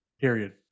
period